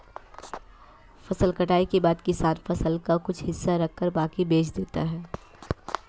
फसल कटाई के बाद किसान फसल का कुछ हिस्सा रखकर बाकी बेच देता है